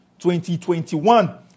2021